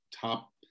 top